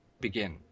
begin